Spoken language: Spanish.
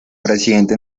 presidente